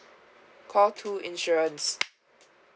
call two insurance